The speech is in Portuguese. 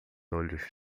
olhos